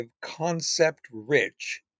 concept-rich